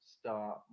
start